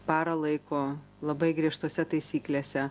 parą laiko labai griežtose taisyklėse